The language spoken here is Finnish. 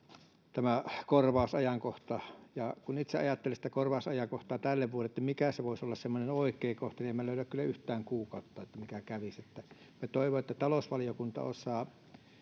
tämä korvausajankohta ja kun itse ajattelen sitä korvausajankohtaa tälle vuodelle mikä voisi olla semmoinen oikea kohta niin en minä löydä kyllä yhtään kuukautta mikä kävisi minä toivon että talousvaliokunta osaa